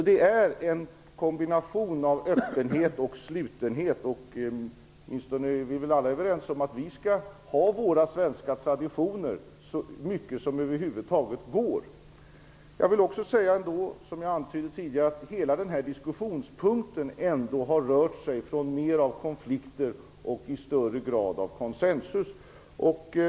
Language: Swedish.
Det är en kombination av öppenhet och slutenhet. Vi är väl alla överens om att vi skall ha våra svenska traditioner så mycket som det över huvud taget går. Som jag antydde tidigare har vi under hela denna diskussionspunkt rört oss från mera av konflikter mot en större grad av konsensus.